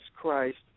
Christ